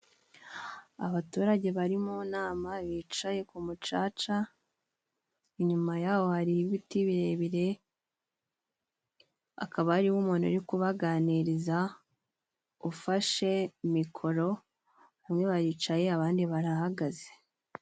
Abaturage bari mu nama bicaye ku mucaca, inyuma yaho hari ibiti birebire, akaba ariho umuntu uri kubaganiriza ufashe mikoro, bamwe baricaye abandi barahagaze.